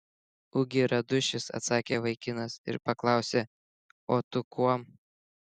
ugi radušis atsakė vaikinas ir paklausė o tu kuom